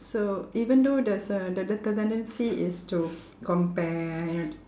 so even though there's a the the the tendency is to compare you know the